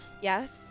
Yes